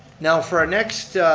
now for our next,